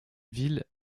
ville